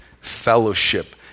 fellowship